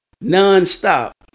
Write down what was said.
non-stop